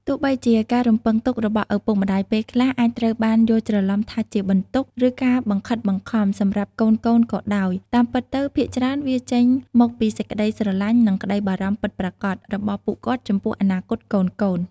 ទោះបីជាការរំពឹងទុករបស់ឪពុកម្ដាយពេលខ្លះអាចត្រូវបានយល់ច្រឡំថាជា បន្ទុក ឬ ការបង្ខិតបង្ខំ សម្រាប់កូនៗក៏ដោយ តាមពិតទៅ ភាគច្រើនវាចេញមកពីសេចក្ដីស្រឡាញ់ និងក្ដីបារម្ភពិតប្រាកដ របស់ពួកគាត់ចំពោះអនាគតកូនៗ។